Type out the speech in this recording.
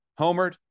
homered